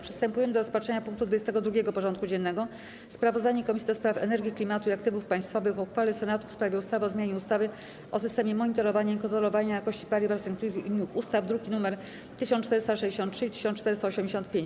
Przystępujemy do rozpatrzenia punktu 22. porządku dziennego: Sprawozdanie Komisji do Spraw Energii, Klimatu i Aktywów Państwowych o uchwale Senatu w sprawie ustawy o zmianie ustawy o systemie monitorowania i kontrolowania jakości paliw oraz niektórych innych ustaw (druki nr 1463 i 1485)